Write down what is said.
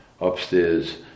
upstairs